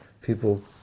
people